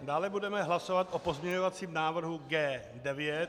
Dále budeme hlasovat o pozměňovacím návrhu G9.